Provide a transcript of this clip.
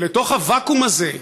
ולתוך הוואקום הזה,